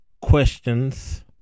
questions